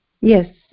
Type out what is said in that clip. Yes